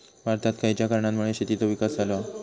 भारतात खयच्या कारणांमुळे शेतीचो विकास झालो हा?